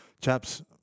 Chaps